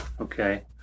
Okay